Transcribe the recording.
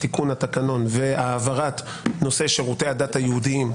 תיקון התקנון והעברת נושא שירותי הדת היהודיים,